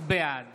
בעד